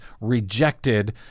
rejected